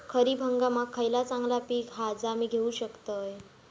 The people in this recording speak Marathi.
खरीप हंगामाक खयला चांगला पीक हा जा मी घेऊ शकतय?